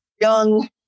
young